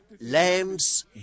Lamb's